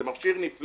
זה מכשיר נפלא,